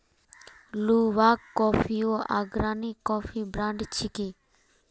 Luwak कॉफियो अग्रणी coffee brand छिके